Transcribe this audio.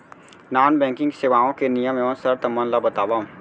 non banking सेवाओं के नियम एवं शर्त मन ला बतावव